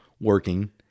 working